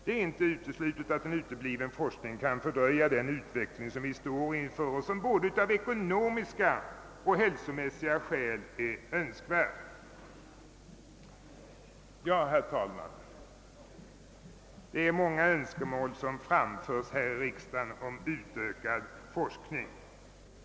Det är inte uteslutet att en utebliven forskning kan fördröja den utveckling som vi står inför och som av både ekonomiska och hälsomässiga skäl är önskvärd. Det är, herr talman, många önskemål som framförts här i riksdagen om utökad forskning.